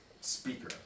speaker